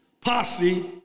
posse